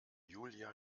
julia